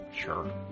Sure